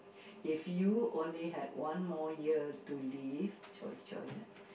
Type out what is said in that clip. if you only had one more year to live !choy! !choy! ah